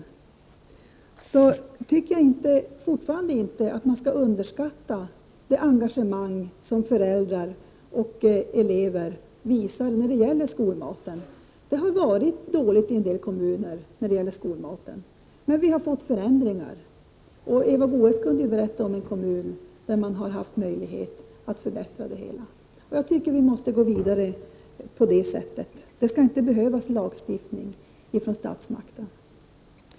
Jag tycker fortfarande att man inte skall underskatta det engagemang som föräldrar och elever visar när det gäller skolmaten. Det har varit dåliga förhållanden i en del kommuner då det gäller skolmaten, men man har fått till stånd förändringar. Eva Goés kunde ju berätta om en kommun där man haft möjlighet att förbättra det hela. Vi måste gå vidare på det sättet — det skall inte behövas lagstiftning från statsmakten.